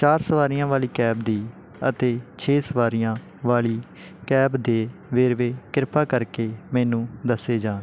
ਚਾਰ ਸਵਾਰੀਆਂ ਵਾਲੀ ਕੈਬ ਦੀ ਅਤੇ ਛੇ ਸਵਾਰੀਆਂ ਵਾਲੀ ਕੈਬ ਦੇ ਵੇਰਵੇ ਕਿਰਪਾ ਕਰਕੇ ਮੈਨੂੰ ਦੱਸੇ ਜਾਣ